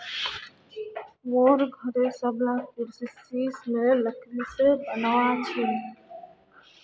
मुई घरेर सबला कुर्सी सिशमेर लकड़ी से ही बनवाल छि